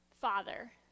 Father